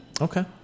Okay